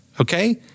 Okay